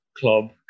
club